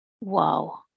Wow